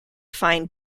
find